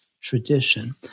tradition